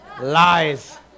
Lies